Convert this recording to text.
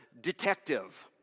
detective